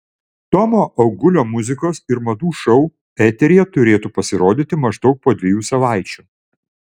tomo augulio muzikos ir madų šou eteryje turėtų pasirodyti maždaug po dviejų savaičių